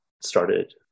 started